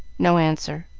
no answer,